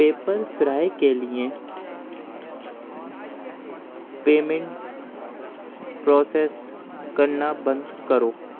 paper fry کے لیے payment process کرنا بند کرو